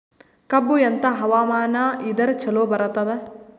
ಕಬ್ಬು ಎಂಥಾ ಹವಾಮಾನ ಇದರ ಚಲೋ ಬರತ್ತಾದ?